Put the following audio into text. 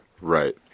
right